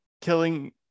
killing